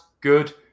good